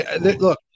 Look